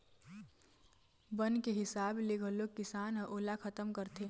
बन के हिसाब ले घलोक किसान ह ओला खतम करथे